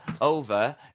over